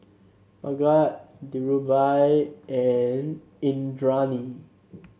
Bhagat Dhirubhai and Indranee